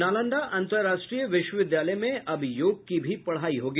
नालंदा अन्तर्राष्ट्रीय विश्वविद्यालय में अब योग की भी पढ़ाई होगी